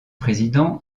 président